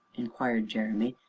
inquired jeremy,